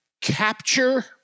capture